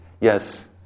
Yes